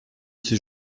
ces